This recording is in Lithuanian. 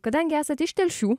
kadangi esat iš telšių